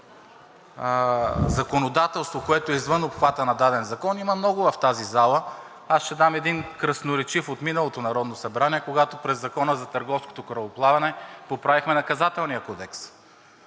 законодателство, което е извън обхвата на даден закон, има много в тази зала. Аз ще дам един красноречив пример от миналото Народно събрание, когато през Закона за търговското корабоплаване поправихме Наказателния кодекс